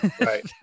Right